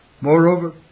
Moreover